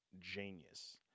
genius